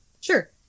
Sure